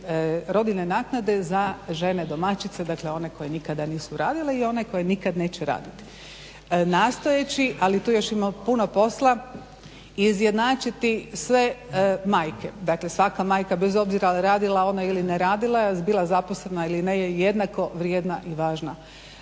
rodiljne naknade za žene domaćice, dakle one koje nikada nisu radile i one koje nikad neće raditi. Nastojeći, ali tu još ima puno posla, izjednačiti sve majke, dakle svaka majka bez obzira radila ona ili ne radila, bila zaposlena ili ne je jednako vrijedna i važna